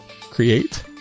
create